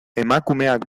emakumeak